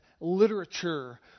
literature